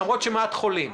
למרות שמעט מהם חולים.